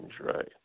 right